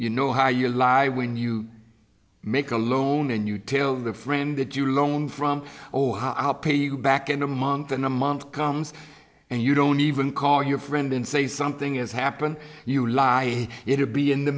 you know how you lie when you make a loan and you tell the friend that you loan from ohio i'll pay you back in a month than a month comes and you don't even call your friend and say something has happened you lie it would be in the